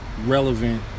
relevant